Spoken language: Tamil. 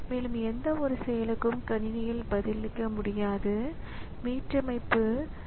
எனவே என்ன செய்யப்படுகிறது என்றால் அதில் மிகச் சிறிய பகுதி மட்டுமே ஏற்றப்படுகிறது